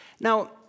Now